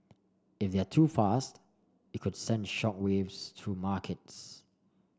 if they're too fast it could send shock waves through markets